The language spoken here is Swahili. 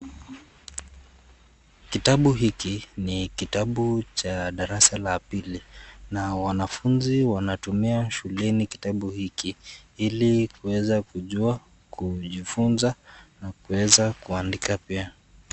Kitabu hiki ni kitabu cha darasa la pili na wanafunzi wanatumia shuleni kitabu hiki ili kuweza kujua, kujifunza na kuweza kuandika pia.